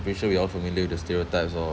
pretty sure we all familiar with the stereotypes lor